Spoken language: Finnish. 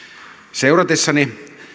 seuratessani